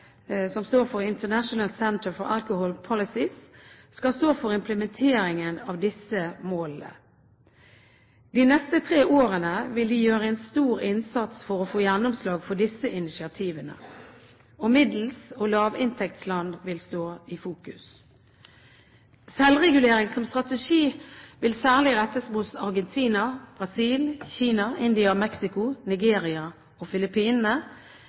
som står for International Center for Alcohol Policies – skal stå for implementeringen av disse målene. De neste tre årene vil de gjøre en stor innsats for å få gjennomslag for disse initiativene. Middels- og lavinntektsland vil stå i fokus. Selvregulering som strategi vil særlig rettes mot Argentina, Brasil, Kina, India, Mexico, Nigeria, Filippinene, Rwanda, Ukraina og